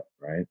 Right